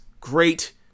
great